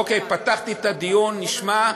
אוקיי, פתחתי את הדיון, נשמע,